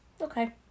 okay